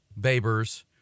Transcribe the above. Babers